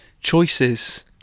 choices